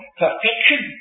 perfection